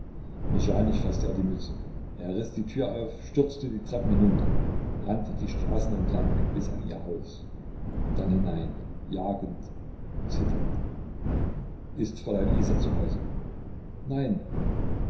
mechanisch faßte er die mütze er riß die tür auf stürzte die treppen hinunter rannte die straßen entlang bis an ihr haus und dann hinein jagend zitternd ist fräulein isa zu hause nein